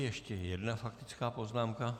Ještě jedna faktická poznámka.